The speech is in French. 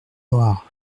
noirs